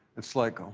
it is like